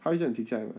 他会叫你停下来吗